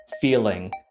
feeling